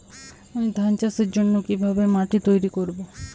আমি ধান চাষের জন্য কি ভাবে মাটি তৈরী করব?